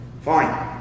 fine